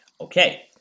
Okay